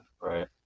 Right